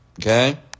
Okay